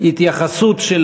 והתייחסות של